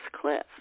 cliff